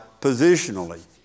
positionally